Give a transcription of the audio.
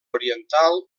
oriental